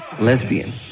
lesbian